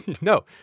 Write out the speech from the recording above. No